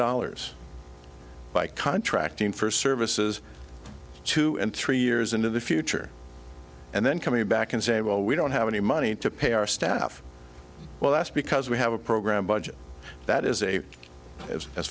dollars by contracting for services two and three years into the future and then coming back and say well we don't have any money to pay our staff well that's because we have a program budget that is a as as